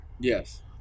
Yes